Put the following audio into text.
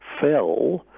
fell